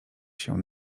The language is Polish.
się